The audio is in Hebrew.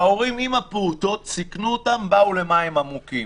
ההורים עם הפעוטות שסיכנו אותם, באו למים עמוקים.